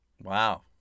Wow